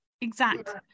exact